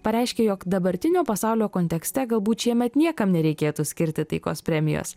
pareiškė jog dabartinio pasaulio kontekste galbūt šiemet niekam nereikėtų skirti taikos premijos